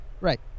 Right